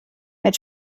mit